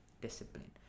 Discipline